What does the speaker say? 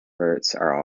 also